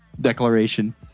Declaration